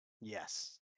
Yes